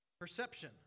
perception